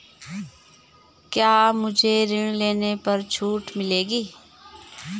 क्या मुझे ऋण लेने पर छूट मिलेगी?